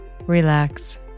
relax